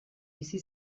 bizi